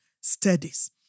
studies